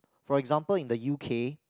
for example in the U_K